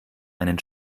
einen